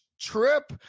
trip